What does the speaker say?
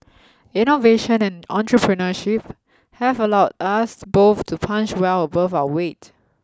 innovation and entrepreneurship have allowed us both to punch well above our weight